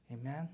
Amen